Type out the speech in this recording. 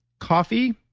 coffee,